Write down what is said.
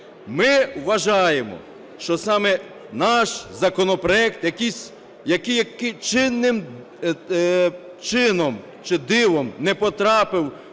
Ми вважаємо, що саме наш законопроект, який чинним... чином чи дивом не потрапив